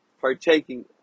partaking